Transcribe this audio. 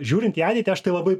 žiūrint į ateitį aš tai labai